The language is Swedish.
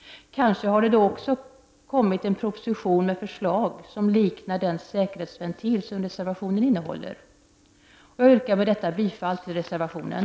Kanske har det då också kommit en proposition med förslag, som liknar den säkerhetsventil som reservationen innehåller. Jag yrkar med detta bifall till reservationen.